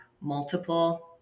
multiple